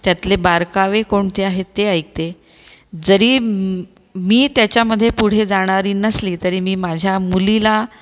त्यातले बारकावे कोणते आहेत ते ऐकते जरी मी त्याच्यामध्ये पुढे जाणारी नसली तरी मी माझ्या मुलीला